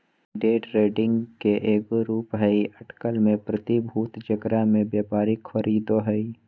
day trading के एगो रूप हइ अटकल में प्रतिभूति जेकरा में व्यापारी खरीदो हइ